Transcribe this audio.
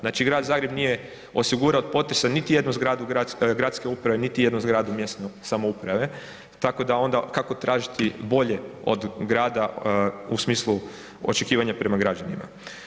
Znači grad Zagreb nije osigurao od potresa niti jednu zgradu gradske uprave niti jednu zgradu mjesne samouprave, tako da onda, kako tražiti bolje od grada u smislu očekivanja prema građanima.